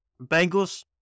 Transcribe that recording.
Bengals